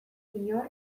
inor